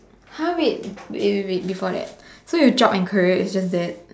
!huh! wait wait wait wait before that so your job and career is just that